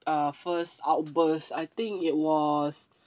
uh first outbursts I think it was